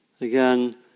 Again